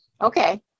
Okay